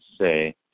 say